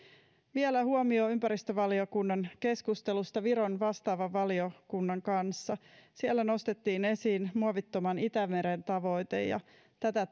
vielä huomio ympäristövaliokunnan keskustelusta viron vastaavan valiokunnan kanssa siellä nostettiin esiin muovittoman itämeren tavoite ja tätä